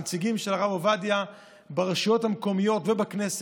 הנציגים של הרב עובדיה ברשויות המקומיות ובכנסת,